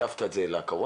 וניתבת את זה לקורונה,